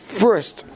first